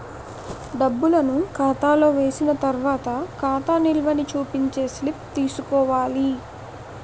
డబ్బులను ఖాతాలో వేసిన తర్వాత ఖాతా నిల్వని చూపించే స్లిప్ తీసుకోవాలి